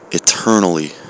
eternally